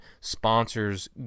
sponsors